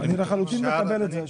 היושב ראש, אני לחלוטין מקבל את זה.